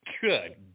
Good